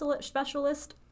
specialist